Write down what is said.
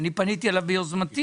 אני פניתי אליו ביוזמתי.